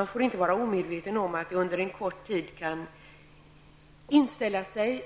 Vi får inte vara omedvetna om att det under en kort tid kan inställa sig